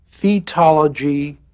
fetology